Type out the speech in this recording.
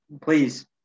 please